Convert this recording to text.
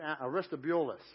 Aristobulus